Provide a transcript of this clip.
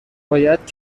باید